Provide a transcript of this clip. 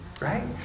Right